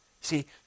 See